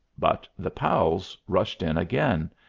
but the pals rushed in again.